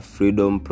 Freedom